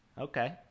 okay